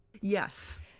Yes